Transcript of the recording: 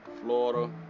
Florida